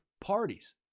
parties